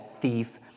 thief